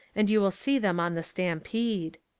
and you will see them on the stampede.